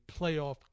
playoff